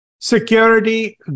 Security